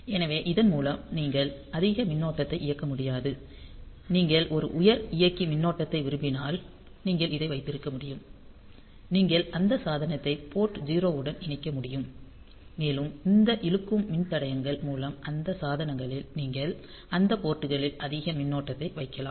எனவே இதன் மூலம் நீங்கள் அதிக மின்னோட்டத்தை இயக்க முடியாது நீங்கள் ஒரு உயர் இயக்கி மின்னோட்டத்தை விரும்பினால் நீங்கள் இதை வைத்திருக்க முடியும் நீங்கள் அந்த சாதனத்தை போர்ட் 0 உடன் இணைக்க முடியும் மேலும் இந்த இழுக்கும் மின்தடையங்கள் மூலம் அந்த சாதனங்களில் நீங்கள் அந்த போர்ட் டுகளில் அதிக மின்னோட்டத்தை வைக்கலாம்